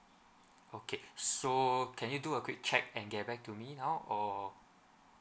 okay so can you do a quick check and get back to me now or